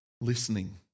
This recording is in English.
listening